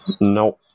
No